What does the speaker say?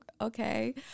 okay